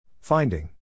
Finding